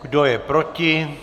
Kdo je proti?